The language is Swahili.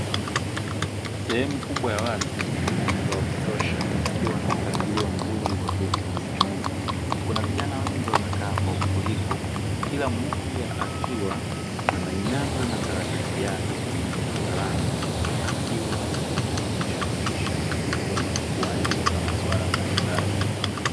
Sehemu kubwa ya wazi yenye mwanga wa kutosha ikiwa na mpangilio mzuri wa vyeti na meza kuna vijana wengi wamekaa kwa utulivu kila mmoja akiwa ameinama na karatasi yake pamoja na kalamu akiwa anajishughulisha kwenye kuandika masuala mbalimbali.